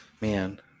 man